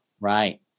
Right